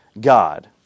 God